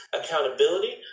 accountability